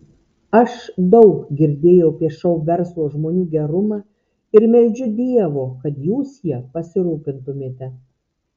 aš daug girdėjau apie šou verslo žmonių gerumą ir meldžiu dievo kad jūs ja pasirūpintumėte